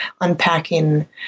unpacking